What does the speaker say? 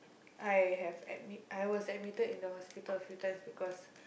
I have admit I was admitted in the hospital a few times because